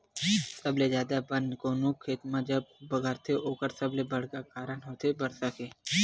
सबले जादा बन कोनो खेत म जब बगरथे ओखर सबले बड़का कारन होथे बरसा के